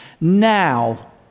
Now